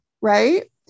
Right